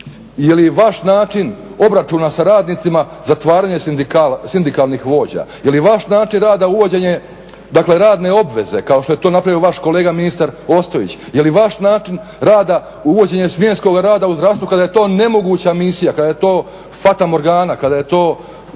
je li i vaš način obračuna sa radnicima zatvaranje sindikalnih vođa, je li vaš način rada uvođenje dakle radne obveze kao što je to napravio vaš kolega ministar Ostojić, je li vaš način rada uvođenje smjenskoga rada u zdravstvu kada je to nemoguća misija, kada je to fatamorgana, kada je to